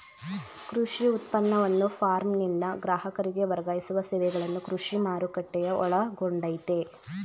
ಕೃಷಿ ಉತ್ಪನ್ನವನ್ನು ಫಾರ್ಮ್ನಿಂದ ಗ್ರಾಹಕರಿಗೆ ವರ್ಗಾಯಿಸುವ ಸೇವೆಗಳನ್ನು ಕೃಷಿ ಮಾರುಕಟ್ಟೆಯು ಒಳಗೊಂಡಯ್ತೇ